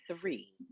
three